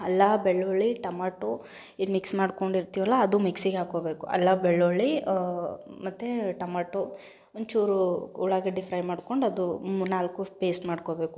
ಅಲ್ಲ ಬೆಳ್ಳುಳ್ಳಿ ಟಮಾಟೋ ಇದು ಮಿಕ್ಸ್ ಮಾಡಿಕೊಂಡಿರ್ತೀವಲ್ಲ ಅದು ಮಿಕ್ಸಿಗೆ ಹಾಕ್ಕೊಬೇಕು ಅಲ್ಲ ಬೆಳ್ಳುಳ್ಳಿ ಮತ್ತು ಟಮಾಟೋ ಒಂದು ಚೂರು ಉಳ್ಳಾಗಡ್ಡಿ ಫ್ರೈ ಮಾಡ್ಕೊಂಡು ಅದು ನಾಲ್ಕು ಪೇಸ್ಟ್ ಮಾಡ್ಕೊಬೇಕು